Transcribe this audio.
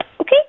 Okay